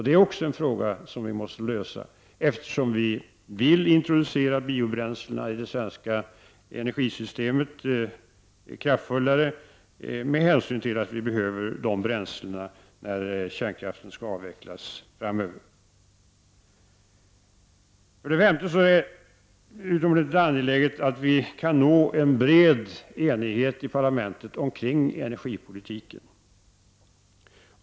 Detta är en fråga som vi måste lösa, eftersom vi kraftfullare vill introducera biobränslen i det svenska energisystemet. Vi behöver dessa bränslen när kärnkraften framöver skall avvecklas. För det femte är det utomordentligt angeläget att vi kan nå en bred enighet i parlamentet kring energipolitiken.